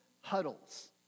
huddles